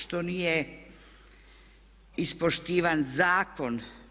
Što nije ispoštivan zakon.